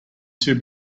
two